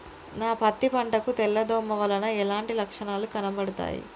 నా పత్తి పంట కు తెల్ల దోమ వలన ఎలాంటి లక్షణాలు కనబడుతాయి?